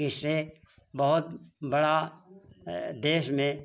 इससे बहुत बड़ा देश में